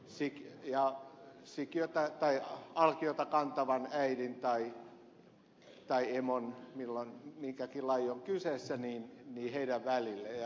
siiki nimenomaan tämän alkion ja alkiota kantavan äidin tai emon milloin mikäkin laji on kyseessä välille